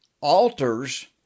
alters